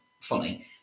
funny